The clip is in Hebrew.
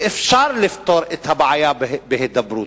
ואפשר לפתור את הבעיה בהידברות.